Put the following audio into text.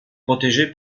protégé